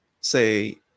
say